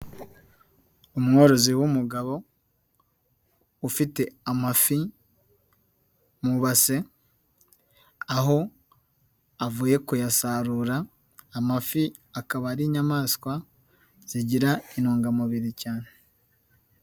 Umworozi w'umugabo ufite amafi mu ibase aho avuye kuyasarura, amafi akaba ari inyamaswa zigira intungamubiri cyane.